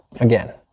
Again